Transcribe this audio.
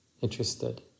interested